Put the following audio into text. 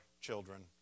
children